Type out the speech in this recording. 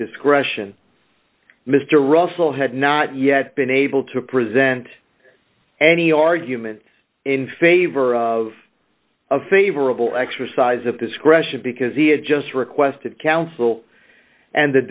discretion mr russell had not yet been able to present any argument in favor of a favorable exercise of discretion because he adjusts request of counsel and th